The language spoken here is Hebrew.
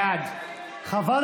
בעד צבי האוזר,